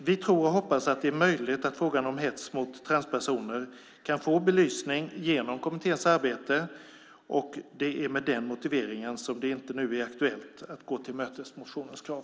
Vi tror och hoppas att det är möjligt att frågan om hets mot transpersoner kan få belysning genom kommitténs arbete. Det är med den motiveringen som det inte är aktuellt att nu tillmötesgå motionens krav.